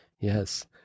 Yes